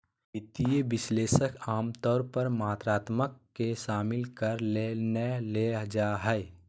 वित्तीय विश्लेषक आमतौर पर मात्रात्मक के शामिल करय ले नै लेल जा हइ